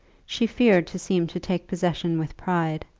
she feared to seem to take possession with pride,